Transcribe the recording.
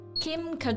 Kim